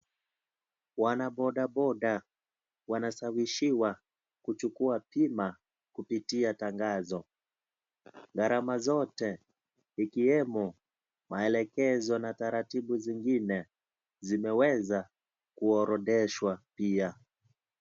Wanabodaboda wanasawishiwa kuchukua bima kupitia tangazo , gharama zote ikiwemo maelekezo na taratibu zingine zimeweza kuorodheshwa pia.